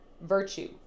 virtue